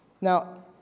Now